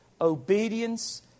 Obedience